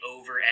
over